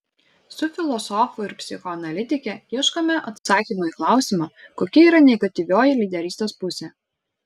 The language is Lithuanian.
su filosofu ir psichoanalitike ieškome atsakymo į klausimą kokia yra negatyvioji lyderystės pusė